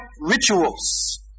rituals